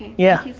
yeah.